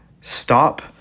stop